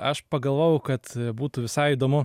aš pagalvojau kad būtų visai įdomu